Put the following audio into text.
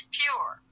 pure